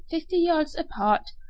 fifty yards apart,